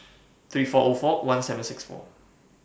three four four one seven six four